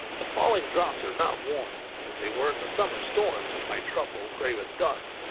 the falling drops are not warm, as they were in the summer storms when my truffle, gray with dust,